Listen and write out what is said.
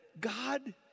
God